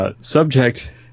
Subject